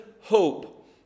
hope